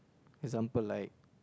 example like